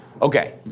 Okay